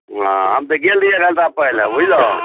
हँ हम तऽ गेल रहियै एक घण्टा पहिले बुझलहुँ